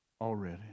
already